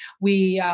we,